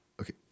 Okay